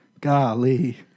Golly